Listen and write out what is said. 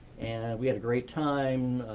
and we had a great time.